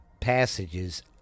passages